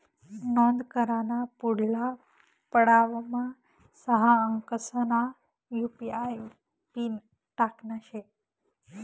नोंद कराना पुढला पडावमा सहा अंकसना यु.पी.आय पिन टाकना शे